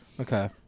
Okay